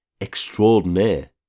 extraordinaire